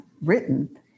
written